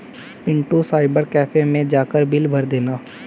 Pintu cyber cafe मैं जाकर bill भर देना